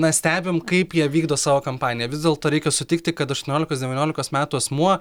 na stebim kaip jie vykdo savo kampaniją vis dėlto reikia sutikti kad aštuoniolikos devyniolikos metų asmuo